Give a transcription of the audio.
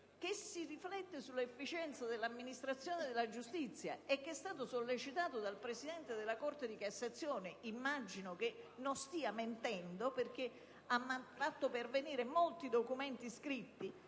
che si riflette sull'efficienza dell'amministrazione della giustizia. Una riflessione è stata sollecitata dal Presidente della Corte di cassazione, che immagino non stia mentendo perché ha fatto pervenire molti documenti scritti